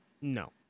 No